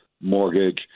mortgage